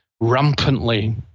rampantly